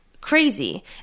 crazy